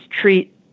treat